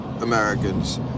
Americans